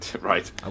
Right